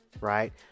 right